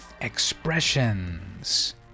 expressions